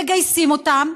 מגייסים אותם,